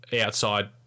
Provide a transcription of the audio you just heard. outside